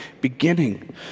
beginning